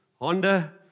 Honda